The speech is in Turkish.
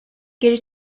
geri